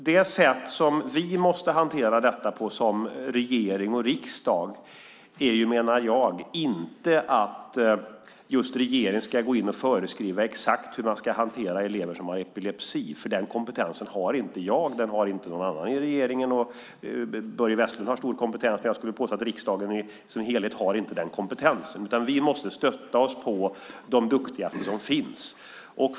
Det sätt som vi måste hantera detta på som regering och riksdag menar jag inte är att regeringen ska gå in och föreskriva exakt hur man ska hantera elever som har epilepsi. Den kompetensen har inte jag och inte heller någon annan i regeringen. Börje Vestlund har stor kompetens, men jag skulle vilja påstå att riksdagen som helhet inte har den. Vi måste stötta oss på de duktigaste som finns.